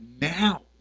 now